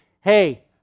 hey